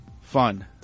fun